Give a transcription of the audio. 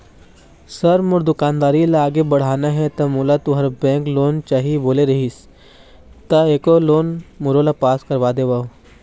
Sir मोर दुकानदारी ला आगे बढ़ाना हे ता मोला तुंहर बैंक लोन चाही बोले रीहिस ता एको लोन मोरोला पास कर देतव?